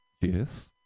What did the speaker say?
yes